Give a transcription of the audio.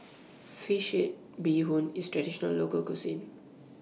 Fish Head Bee Hoon IS A Traditional Local Cuisine